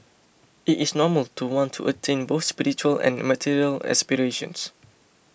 it is normal to want to attain both spiritual and material aspirations